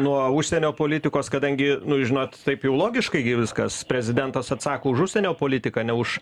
nuo užsienio politikos kadangi nu žinot taip jau logiškai gi viskas prezidentas atsako už užsienio politiką ne už